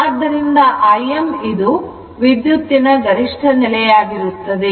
ಆದ್ದರಿಂದ Im ಇದು ವಿದ್ಯುತ್ತಿನ ಗರಿಷ್ಠ ನೆಲೆಯಾಗಿರುತ್ತದೆ